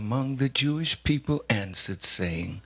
among the jewish people and sits say